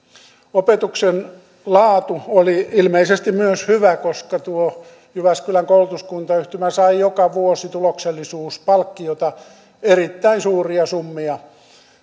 opetuksen laatu oli ilmeisesti myös hyvä koska tuo jyväskylän koulutuskuntayhtymä sai joka vuosi tuloksellisuuspalkkiota erittäin suuria summia